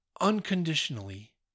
unconditionally